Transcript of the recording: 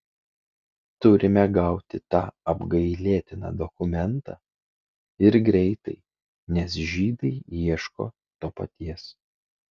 turime gauti tą apgailėtiną dokumentą ir greitai nes žydai ieško to paties